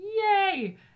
Yay